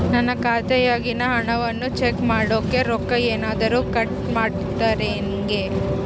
ನನ್ನ ಖಾತೆಯಾಗಿನ ಹಣವನ್ನು ಚೆಕ್ ಮಾಡೋಕೆ ರೊಕ್ಕ ಏನಾದರೂ ಕಟ್ ಮಾಡುತ್ತೇರಾ ಹೆಂಗೆ?